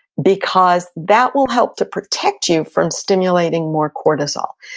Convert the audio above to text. because that will help to protect you from stimulating more cortisol.